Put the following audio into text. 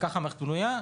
וככה המערכת בנויה,